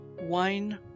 wine